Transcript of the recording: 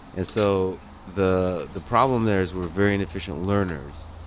and so the the problem there is we're very inefficient learners.